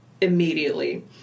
immediately